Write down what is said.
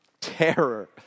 terror